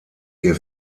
ihr